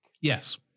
Yes